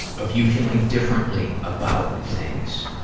of you feeling differently about things.